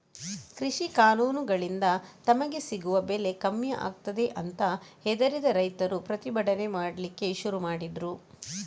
ಕೃಷಿ ಕಾನೂನುಗಳಿಂದ ತಮಗೆ ಸಿಗುವ ಬೆಲೆ ಕಮ್ಮಿ ಆಗ್ತದೆ ಅಂತ ಹೆದರಿದ ರೈತರು ಪ್ರತಿಭಟನೆ ಮಾಡ್ಲಿಕ್ಕೆ ಶುರು ಮಾಡಿದ್ರು